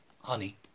honey